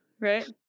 Right